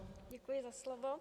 Děkuji za slovo.